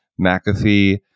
McAfee